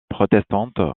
protestante